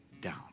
down